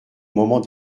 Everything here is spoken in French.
moment